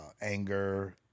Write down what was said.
anger